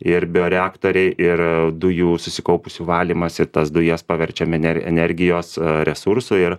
ir bioreaktoriai ir dujų susikaupusių valymas ir tas dujas paverčiame ener energijos resursu ir